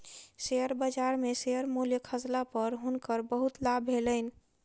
share बजार में share मूल्य खसला पर हुनकर बहुत लाभ भेलैन